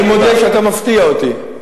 אני מודה שאתה מפתיע אותי.